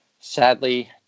sadly